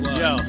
yo